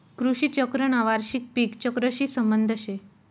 कृषी चक्रना वार्षिक पिक चक्रशी संबंध शे